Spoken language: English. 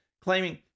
claiming